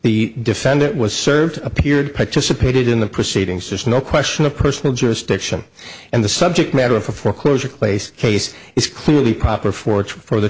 the defendant was served appeared participated in the proceedings there's no question of personal jurisdiction and the subject matter for closure place case is clearly proper for for the